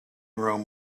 room